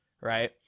right